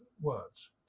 words